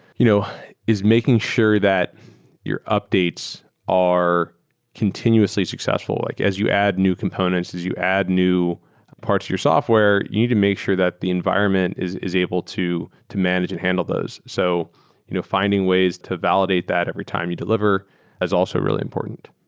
you know is making sure that your updates are continuously successful. like as you add new components, as you add new parts to your software, you need to make sure that the environment is is able to to manage and handle those. so you know finding ways to validate that every time you deliver is also really important.